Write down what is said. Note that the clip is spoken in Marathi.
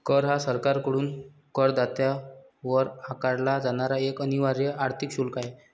कर हा सरकारकडून करदात्यावर आकारला जाणारा एक अनिवार्य आर्थिक शुल्क आहे